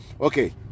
Okay